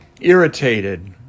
irritated